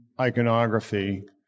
iconography